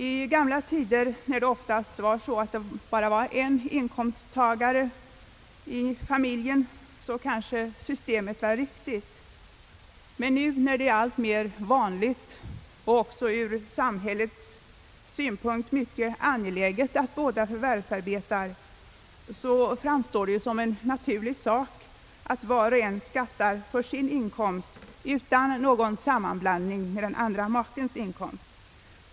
I gamla tider, när det oftast bara var en inkomsttagare i familjen, kanske systemet var riktigt, men nu, när det är alltmer vanligt och ur samhällets synpunkt angeläget att båda makarna förvärvsar betar, framstår det som en naturlig sak, att var och en skattar för sin inkomst utan någon sammanblandning med den andra makens inkomst.